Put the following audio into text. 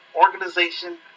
organization